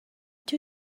two